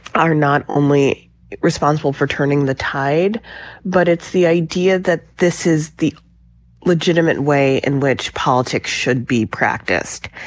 are not only responsible for turning the tide but it's the idea that this is the legitimate way in which politics should be practiced.